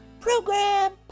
program